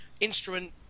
instrument